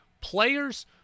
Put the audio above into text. Players